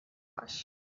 wash